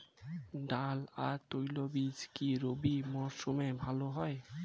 ডাল আর তৈলবীজ কি রবি মরশুমে ভালো হয়?